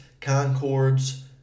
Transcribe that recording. concords